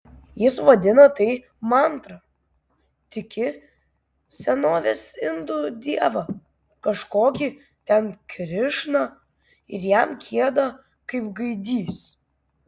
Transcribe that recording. jis vadina tai mantra tiki senovės indų dievą kažkokį ten krišną ir jam gieda kaip gaidys